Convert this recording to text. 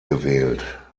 gewählt